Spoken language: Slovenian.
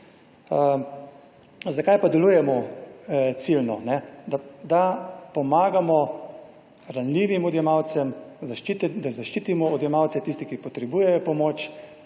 Zakaj pa delujemo ciljno. Da pomagamo ranljivim odjemalcem, da zaščitimo odjemalce, tisti ki potrebujejo pomoč,